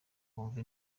bumva